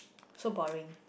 so boring